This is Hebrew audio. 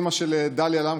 אימא של דליה למקוס,